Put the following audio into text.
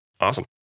Awesome